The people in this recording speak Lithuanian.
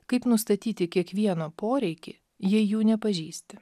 kaip nustatyti kiekvieno poreikį jei jų nepažįsti